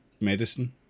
medicine